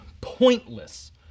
pointless